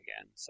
again